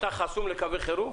אתה חסום לקווי חירום?